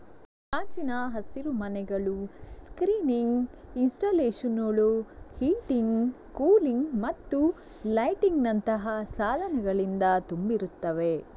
ಗಾಜಿನ ಹಸಿರುಮನೆಗಳು ಸ್ಕ್ರೀನಿಂಗ್ ಇನ್ಸ್ಟಾಲೇಶನುಳು, ಹೀಟಿಂಗ್, ಕೂಲಿಂಗ್ ಮತ್ತು ಲೈಟಿಂಗಿನಂತಹ ಸಾಧನಗಳಿಂದ ತುಂಬಿರುತ್ತವೆ